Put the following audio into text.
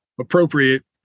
appropriate